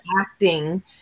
acting